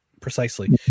precisely